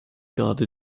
gerade